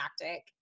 tactic